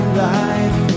life